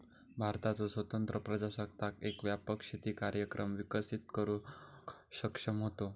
भारताचो स्वतंत्र प्रजासत्ताक एक व्यापक शेती कार्यक्रम विकसित करुक सक्षम होतो